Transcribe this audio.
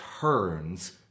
turns